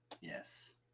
Yes